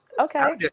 Okay